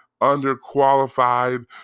underqualified